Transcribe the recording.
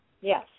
Yes